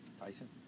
Tyson